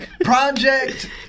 Project